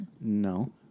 No